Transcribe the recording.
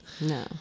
No